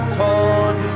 torn